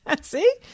See